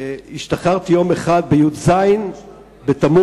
השתחררתי פעם אחת בי"ז בתמוז,